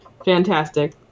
Fantastic